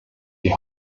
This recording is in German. die